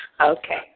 Okay